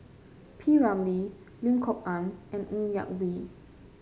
P Ramlee Lim Kok Ann and Ng Yak Whee